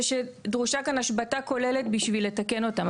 זה שדרושה כאן השבתה כוללת בשביל לתקן אותן,